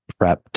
prepped